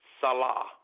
Salah